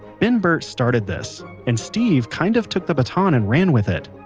ben burtt started this and steve kind of took the baton and ran with it.